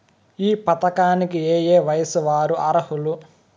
ఈ పథకానికి ఏయే వయస్సు వారు అర్హులు?